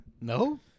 No